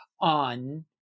on